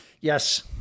Yes